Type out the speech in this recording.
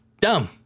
Dumb